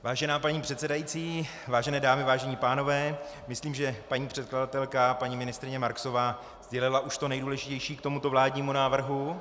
Vážená paní předsedající, vážené dámy, vážení pánové, myslím, že paní předkladatelka, paní ministryně Marksová sdělila už to nejdůležitější k tomuto vládnímu návrhu.